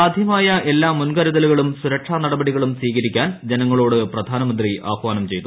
സാധ്യമായ എല്ലാ മുൻ കരുതലുകളും സുരക്ഷാ നടപടികളും സ്വീകരിക്കാൻ ജനങ്ങളോട് പ്രധാനമന്ത്രി ആഹ്വാനം ചെയ്തു